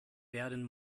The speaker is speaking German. werden